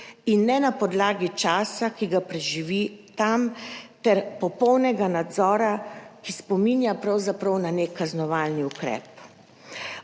in ne na podlagi časa, ki ga preživi tam, ter popolnega nadzora, ki spominja pravzaprav na nek kaznovalni ukrep.